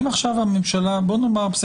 בוא נאמר,